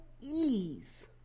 ease